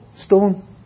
stone